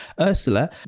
ursula